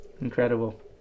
Incredible